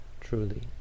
truly